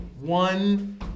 One